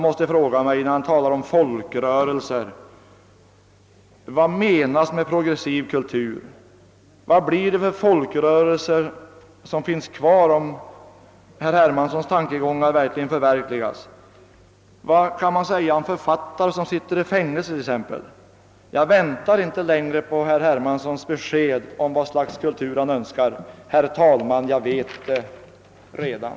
När han talar om folkrörelser måste jag fråga: Vad menas med progressiv kultur? Vad kommer det att finnas kvar för folkrörelser, om herr Hermanssons tankegångar förverkligas? Vad skall man säga t.ex. om författare som sitter i fängelse? Jag väntar inte längre på herr Hermanssons besked om vad slags kultur han önskar. Herr talman! Jag vet det redan.